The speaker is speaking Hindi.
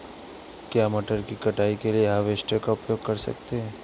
क्या मटर की कटाई के लिए हार्वेस्टर का उपयोग कर सकते हैं?